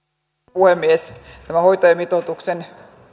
puhemies tämän hoitajamitoituksen